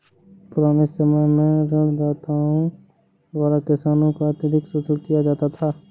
पुराने समय में ऋणदाताओं द्वारा किसानों का अत्यधिक शोषण किया जाता था